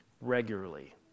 regularly